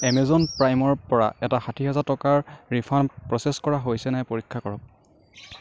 Amazon প্ৰাইমৰপৰা এটা ষাঠি হাজাৰ টকাৰ ৰিফাণ্ড প্ৰ'চেছ কৰা হৈছে নাই পৰীক্ষা কৰক